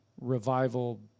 revival